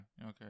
Okay